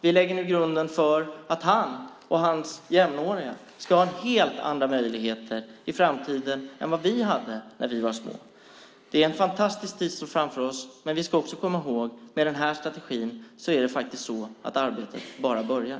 Vi lägger nu grunden för att han och hans jämnåriga ska ha helt andra möjligheter i framtiden än vad vi hade när vi var små. Det är en fantastisk tid som ligger framför oss, men vi ska också komma ihåg att det med den här strategin faktiskt är så att arbetet bara har börjat.